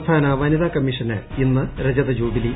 സംസ്ഥാന വനിതാ കമ്മീഷന് ഇന്ന് രജത ജൂബിലി